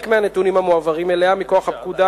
מהנתונים המועברים אליה מכוח הפקודה,